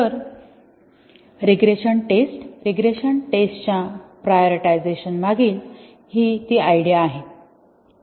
तर regression test च्या prioritisation मागील हि ती आयडिया आहे